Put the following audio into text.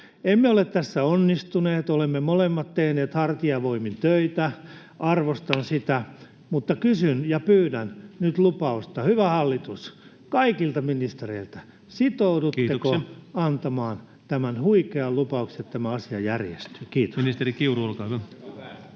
Emme ole tässä onnistuneet. Olemme molemmat tehneet hartiavoimin töitä, arvostan sitä. Mutta kysyn ja pyydän nyt lupausta, hyvä hallitus, kaikilta ministereiltä: sitoudutteko [Puhemies: Kiitoksia!] antamaan tämän huikean lupauksen, että tämä asia järjestyy? — Kiitos. Ministeri Kiuru, olkaa hyvä.